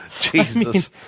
Jesus